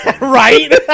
Right